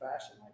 fashion